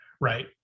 right